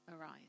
arise